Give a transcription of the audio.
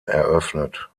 eröffnet